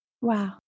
Wow